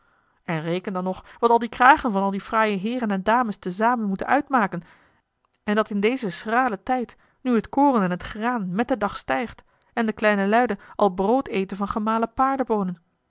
en reken dan nog wat al die kragen van al die fraaie heeren en dames te zamen moeten uitmaken en dat in dezen schralen tijd nu t koren en t graan met den dag stijgt en de kleine luiden al brood eten van gemalen